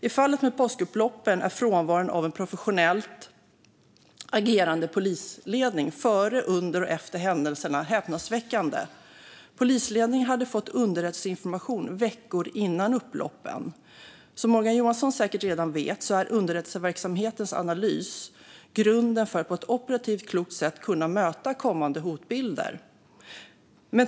I fallet med påskupploppen är frånvaron av en professionellt agerande polisledning före, under och efter händelserna häpnadsväckande. Polisledningen hade fått underrättelseinformation veckor före upploppen. Som Morgan Johansson säkert redan vet är underrättelseverksamhetens analys grunden för att på ett operativt klokt sätt kunna möta kommande hotbilder.